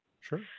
Sure